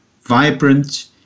vibrant